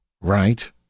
right